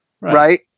right